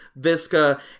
Visca